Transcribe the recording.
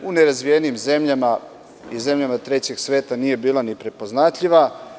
U nerazvijenim zemljama i zemljama Trećeg sveta nije bila ni prepoznatljiva.